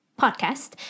podcast